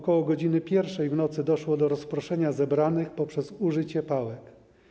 Ok. godz. 1 w nocy doszło do rozproszenia zebranych poprzez użycie pałek.